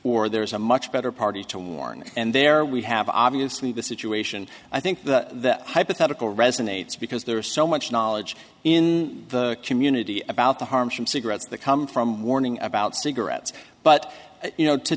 or there's a much better party to warn and there we have obviously the situation i think the hypothetical resonates because there is so much knowledge in the community about the harms from cigarettes that come from warning about cigarettes but you know to